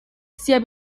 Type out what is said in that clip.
sia